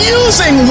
using